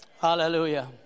Hallelujah